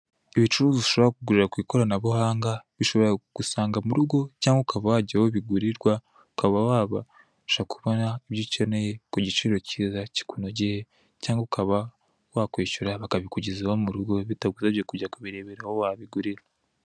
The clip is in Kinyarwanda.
Ibicuruzwa ushobora kugurira ku ikoranabuhanga bishobora kugusanga murugo, cyangwa ukaba wajya aho bigurirwa ukaba wabasha kubona ibyo ukeneye ku giciro kiza kikunogeye, cyangwa ukaba wakwishyura bakabikugezaho murugo bitagusabye kujya kubirebera aho wabigurira.